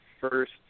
first